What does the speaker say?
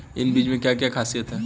इन बीज में क्या क्या ख़ासियत है?